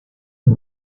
los